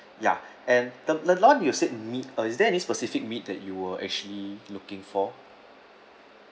ya and the the loin you said meat uh is there any specific meat that you were actually looking for